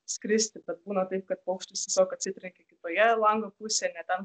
skristi bet būna taip kad paukštis tiesiog atsitrenkia kitoje lango pusėje ne ten